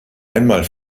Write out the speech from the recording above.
einmal